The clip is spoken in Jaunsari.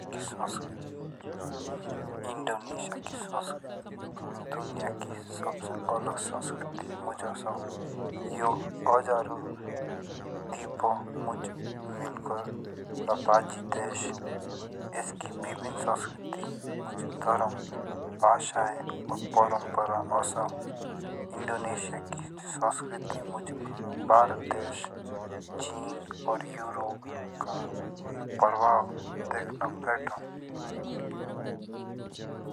इंडोनेशिया की संस्कृति दुनिया की सबसे अलग संस्कृति मुझ औसो। यो हजारों देरपो मुझ मिलकर रा बाज देश। अस्की विभिन्न संस्कृति मुझ धर्म भाषा और परंपरा ओसो। इंडोनेशिया की संस्कृति मुझे भारत देश और चीन का प्रभाव देखंक बेटो।